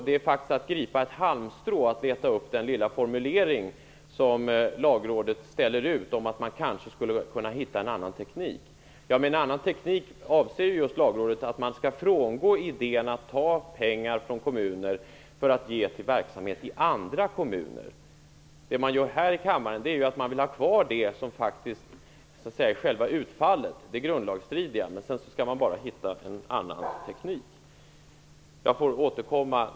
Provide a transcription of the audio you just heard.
Det är faktiskt att gripa efter ett halmstrå att leta upp lagrådets lilla formulering om att man kanske skulle kunna hitta en annan teknik. Med annan teknik avser ju Lagrådet just att man skall frångå idén att ta pengar från vissa kommuner för att ge till verksamhet i andra kommuner. Här i kammaren vill man ju ha kvar det som är själva utfallet, det grundlagsstridiga. Sedan skall man hitta en annan teknik.